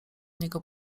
niego